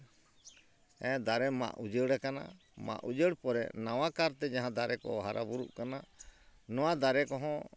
ᱫᱟᱨᱮ ᱢᱟᱜ ᱩᱡᱟᱹᱲᱟᱠᱟᱱᱟ ᱢᱟᱸᱜ ᱩᱡᱟᱹᱲ ᱯᱚᱨᱮ ᱱᱟᱣᱟ ᱠᱟᱨᱛᱮ ᱡᱟᱦᱟᱸ ᱫᱟᱨᱮ ᱠᱚ ᱦᱟᱨᱟ ᱵᱩᱨᱩᱜ ᱠᱟᱱᱟ ᱱᱚᱣᱟ ᱫᱟᱨᱮ ᱠᱚᱦᱚᱸ